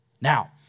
Now